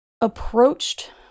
approached